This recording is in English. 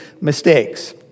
mistakes